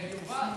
יובל,